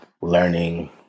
learning